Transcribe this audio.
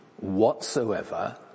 whatsoever